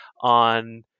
on